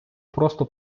просто